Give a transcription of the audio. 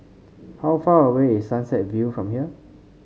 how far away is Sunset View from here